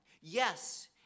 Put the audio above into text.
Yes